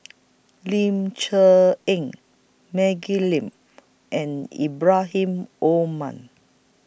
Ling Cher Eng Maggie Lim and Ibrahim Omar